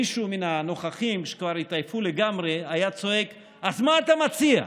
מישהו מן הנוכחים שכבר התעייף לגמרי היה צועק: אז מה אתה מציע?